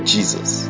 Jesus